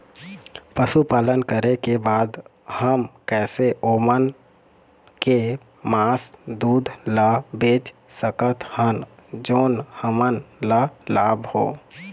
पशुपालन करें के बाद हम कैसे ओमन के मास, दूध ला बेच सकत हन जोन हमन ला लाभ हो?